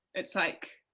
it's like,